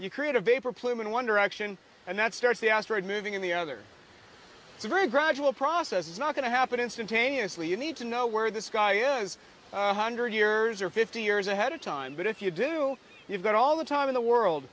plume in one direction and that starts the asteroid moving in the other it's a very gradual process it's not going to happen instantaneously you need to know where this guy is a hundred years or fifty years ahead of time but if you do you've got all the time in the world